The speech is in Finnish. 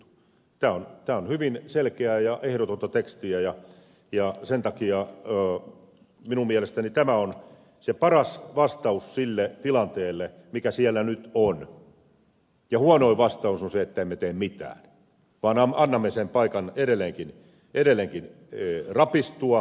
tämä on hyvin selkeää ja ehdotonta tekstiä ja sen takia minun mielestäni tämä on se paras vastaus sille tilanteelle mikä siellä nyt on ja huonoin vastaus on se että emme tee mitään vaan annamme sen paikan edelleenkin rapistua